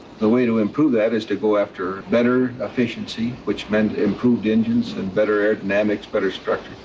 the way to improve that is to go after better efficiency, which meant improved engines and better aerodynamics, better structure,